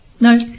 No